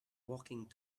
walking